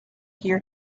hear